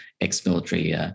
ex-military